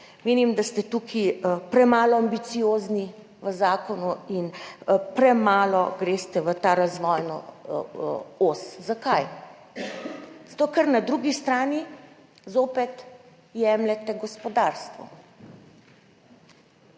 Menim, da ste tukaj premalo ambiciozni v zakonu in premalo greste v to razvojno os. Zakaj? Zato ker na drugi strani zopet jemljete gospodarstvu.